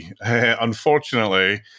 unfortunately